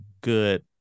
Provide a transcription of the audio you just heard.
good